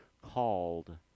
called